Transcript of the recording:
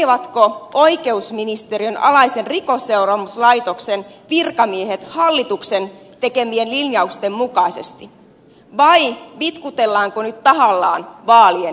toimivatko oikeusministeriön alaisen rikosseuraamuslaitoksen virkamiehet hallituksen tekemien linjausten mukaisesti vai vitkutellaanko nyt tahallaan vaalien yli